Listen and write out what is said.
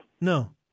No